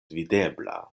videbla